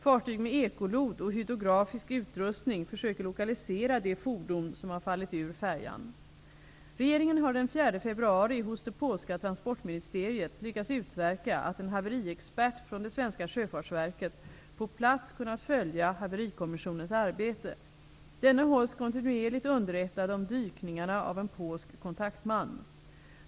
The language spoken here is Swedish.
Fartyg med ekolod och hydrografisk utrustning försöker lokalisera de fordon som har fallit ur färjan. Regeringen har den 4 februari hos det polska transportministeriet lyckats utverka att en haveriexpert från det svenska sjöfartsverket på plats kunnat följa Haverikommissionens arbete. Denne hålls kontinuerligt underrättad om dykningarna av en polsk kontaktman.